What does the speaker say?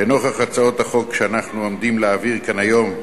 לנוכח הצעות החוק שאנחנו עומדים להעביר כאן היום,